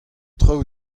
traoù